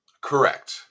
correct